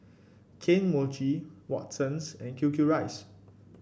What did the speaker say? Kane Mochi Watsons and Q Q rice